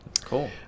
Cool